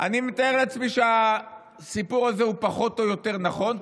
אני מתאר לעצמי שהסיפור הזה הוא פחות או יותר נכון,